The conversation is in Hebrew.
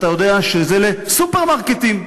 אתה יודע שאלה סופרמרקטים.